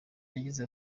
yagize